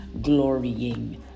glorying